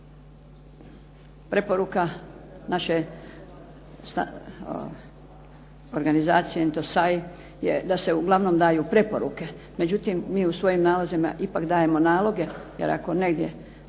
se ne razumije./ … je da se uglavnom daju preporuke. Međutim, mi u svojim nalazima ipak dajemo naloge, jer ako negdje